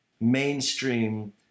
mainstream